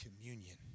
communion